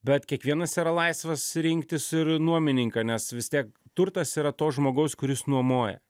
bet kiekvienas yra laisvas rinktis ir nuomininką nes vistiek turtas yra to žmogaus kuris nuomoja